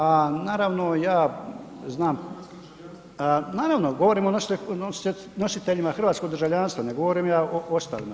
A naravno ja znam …... [[Upadica se ne čuje.]] Naravno, govorimo o nositeljima hrvatskog državljanstva, ne govorim ja o ostalima.